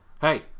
Hey